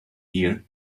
here